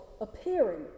appearing